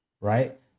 right